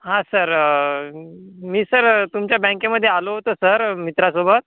हा सर मी सर तुमच्या बँकेमध्ये आलो होतो सर मित्रासोबत